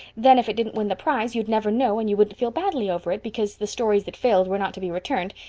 then, if it didn't win the prize, you'd never know and you wouldn't feel badly over it, because the stories that failed were not to be returned,